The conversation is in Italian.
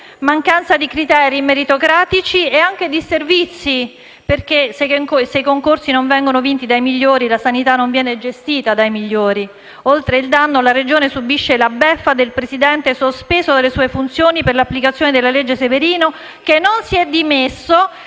mancanza di criteri meritocratici e anche disservizi, perché se i concorsi non vengono vinti dai migliori, la sanità non viene gestita dai migliori. Oltre il danno, la Regione subisce la beffa del Presidente, sospeso dalle sue funzioni per l'applicazione della legge Severino, che non si è dimesso e che avrebbe